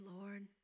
Lord